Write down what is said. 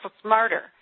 smarter